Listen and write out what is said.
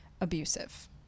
abusive